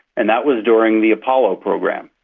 and that was during the apollo program.